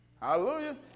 Hallelujah